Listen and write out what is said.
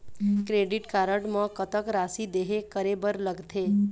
Credit card म कतक राशि देहे करे बर लगथे?